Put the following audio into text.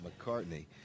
McCartney